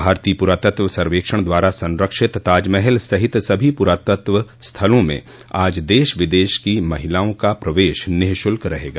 भारतीय पुरातत्व सर्वेक्षण द्वारा संरक्षित ताजमहल सहित सभी पुरातत्व स्थलों में आज देश विदेश की महिलाओं का प्रवेश निःशुल्क रहेगा